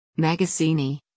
Magazzini